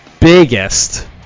biggest